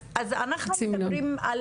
אז אנחנו מדברים על